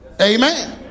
Amen